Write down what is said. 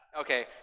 Okay